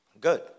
Good